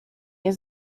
nie